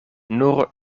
nur